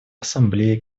ассамблеи